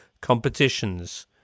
competitions